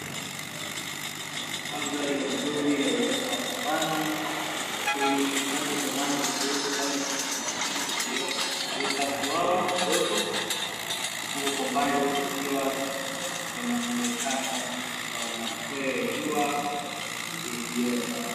Mandhari ni nzuri ya uoto wa savana yenye chanzo cha maji kidogo kama vile chemuchemu iliyoleta bwawa dogo, huku kwa mbali kukiwa kuna muonekano wa machweo ya jua ya jioni.